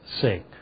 sake